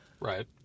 right